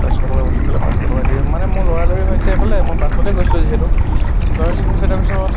পাঁচশ টকা বুলি ক'লে পাঁচশ টকা দি মানে মোৰ লৰালৰি হৈছে এফালে মই বাছতে গৈছোঁ যিহেতু লৰালৰি হৈছে তাৰপাছত